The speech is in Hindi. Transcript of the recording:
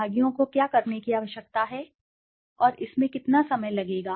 प्रतिभागियों को क्या करने की आवश्यकता है और इसमें कितना समय लगेगा